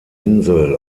insel